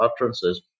utterances